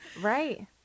Right